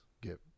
get